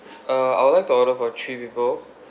uh I would like to order for three people